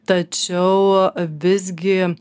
tačiau visgi